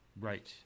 Right